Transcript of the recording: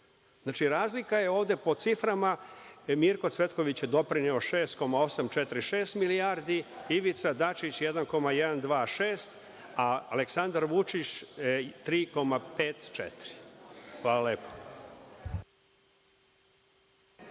razlika je ovde po ciframa – Mirko Cvetković je doprineo 6,846, Ivica Dačić 1,126, a Aleksandar Vučić 3,54. Hvala lepo.